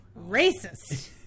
Racist